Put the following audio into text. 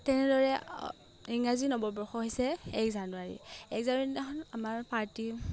তেনেদৰে ইংৰাজী নৱবৰ্ষ হৈছে এক জানুৱাৰী এক জানুৱাৰী দিনাখন আমাৰ পাৰ্টী